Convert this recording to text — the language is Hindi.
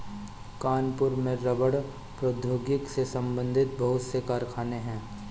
कानपुर में रबड़ प्रौद्योगिकी से संबंधित बहुत से कारखाने है